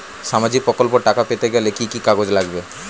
সামাজিক প্রকল্পর টাকা পেতে গেলে কি কি কাগজ লাগবে?